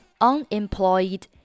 Unemployed